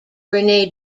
rene